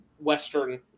Western